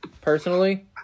Personally